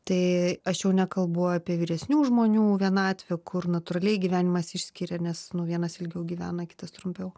tai aš jau nekalbu apie vyresnių žmonių vienatvę kur natūraliai gyvenimas išskiria nes nu vienas ilgiau gyvena kitas trumpiau